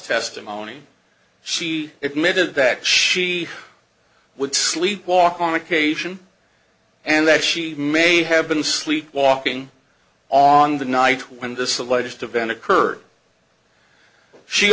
testimony she admitted that she would sleep walk on occasion and that she may have been sleepwalking on the night when this alleged event occurred she